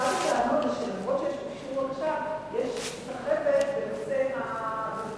אחת הטענות היא שהבקשות אושרו אך יש סחבת בנושא התשלומים.